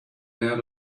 out